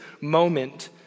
moment